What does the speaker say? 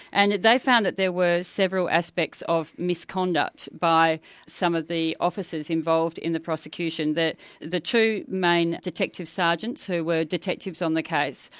and they found that there were several aspects of misconduct by some of the officers involved in the prosecution. the two main detective-sergeants who were detectives on the case,